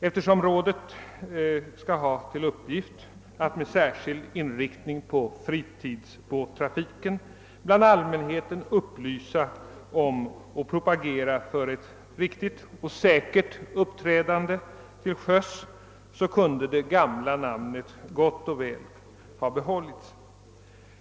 Eftersom rådet skall ha till uppgift att med särskild inriktning på fritidsbåttrafiken bland allmänheten upplysa om och propagera för ett riktigt och säkert uppträdande till sjöss, kunde det gamla namnet gott och väl ha behållits.